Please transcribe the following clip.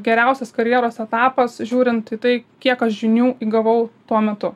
geriausias karjeros etapas žiūrint į tai kiek aš žinių įgavau tuo metu